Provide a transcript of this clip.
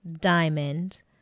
diamond